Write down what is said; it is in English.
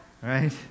Right